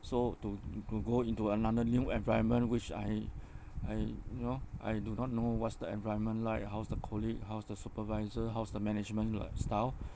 so to to go into another new environment which I I you know I do not know what's the environment like how's the colleague how's the supervisor how's the management like style